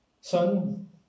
son